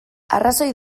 arrazoi